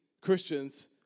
Christians